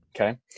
okay